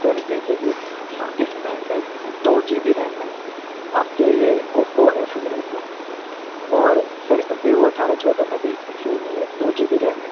sir जैसे कि इसमें सर दो जी बी रैम है आपके यह ओप्पो एफ़ इलेवेन में और सर अभी वह अठारह चौदह में भी सेम ही है दो जी बी रैम है